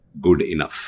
Goodenough